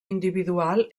individual